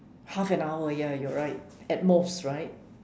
half an hour ya you're right at most right